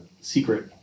secret